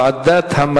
מוועדת החוקה,